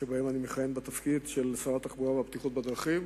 שבהן אני מכהן בתפקיד שר התחבורה והבטיחות בדרכים,